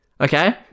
Okay